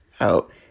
out